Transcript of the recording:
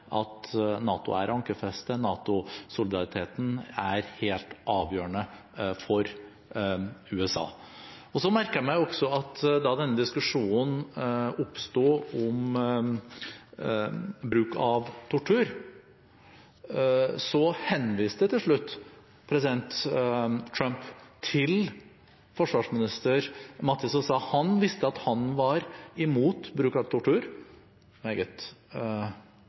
at NATO er ankerfestet, NATO-solidariteten er helt avgjørende for USA. Så merket jeg meg også at da denne diskusjonen om bruk av tortur oppsto, henviste til slutt president Trump til forsvarsminister Mattis og sa at han visste at han var imot bruk av tortur – meget